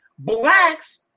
Blacks